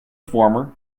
former